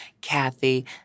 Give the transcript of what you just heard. Kathy